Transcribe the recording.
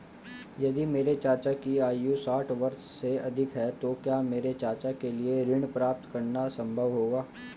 यदि मेरे चाचा की आयु साठ वर्ष से अधिक है तो क्या मेरे चाचा के लिए ऋण प्राप्त करना संभव होगा?